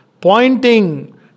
Pointing